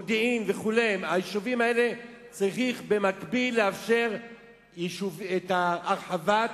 מודיעין וכו' צריך במקביל לאפשר את הרחבת